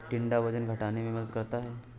टिंडा वजन घटाने में मदद करता है